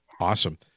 Awesome